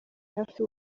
hafi